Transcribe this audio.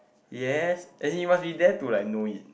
yes as in you must be there to like know it